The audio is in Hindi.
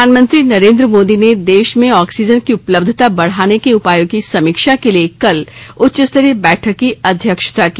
प्रधानमंत्री नरेंद्र मोदी ने देश में ऑक्सीजन की उपलब्धता बढाने के उपायों की समीक्षा के लिए कल उच्च स्तरीय बैठक की अध्यक्षता की